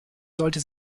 sollte